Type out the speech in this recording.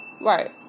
Right